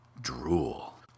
drool